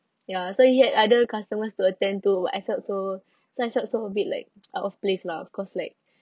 ya so he had other customers to attend but I felt so so I felt so a bit like out of place lah cause like